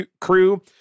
crew